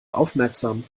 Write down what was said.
aufmerksam